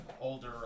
older